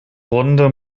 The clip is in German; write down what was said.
runde